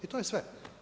I to je sve.